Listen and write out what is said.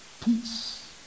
peace